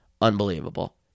unbelievable